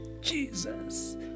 Jesus